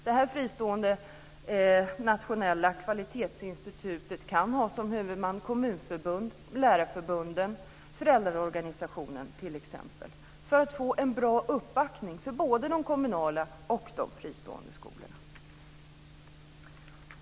Det här fristående nationella kvalitetsinstitutet kan ha som huvudman t.ex. kommunförbund, lärarförbund och föräldraorganisationer för att ge en bra uppbackning för både de kommunala och de fristående skolorna.